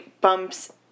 bumps